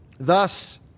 Thus